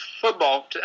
football